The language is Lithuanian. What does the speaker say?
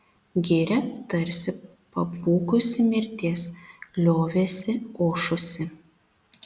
giria tarsi pabūgusi mirties liovėsi ošusi